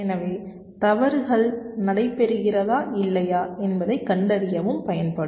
எனவே தவறுகள் நடைபெறுகிறதா இல்லையா என்பதைக் கண்டறியவும் பயன்படும்